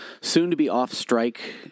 soon-to-be-off-strike